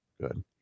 good